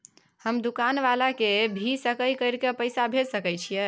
हम दुकान वाला के भी सकय कर के पैसा भेज सके छीयै?